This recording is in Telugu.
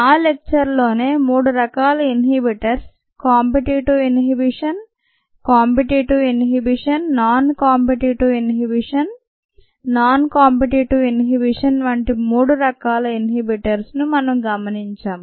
ఆ లెక్చర్లో నే మూడు రకాల inhibitors competitive inhibition competitive inhibition non competitive inhibition non competitive inhibition వంటి మూడు రకాల ఇన్హిబిటార్స్ను మనం గమనించాం